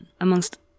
amongst